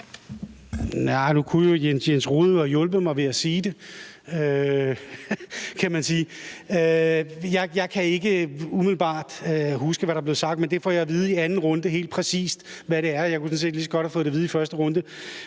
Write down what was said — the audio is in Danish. Rohde havde hjulpet mig ved at sige det, kan man sige. Jeg kan ikke umiddelbart huske, hvad der blev sagt, men det får jeg at vide i anden runde helt præcist, altså hvad det er. Jeg kunne sådan set lige så godt have fået det at vide i første runde.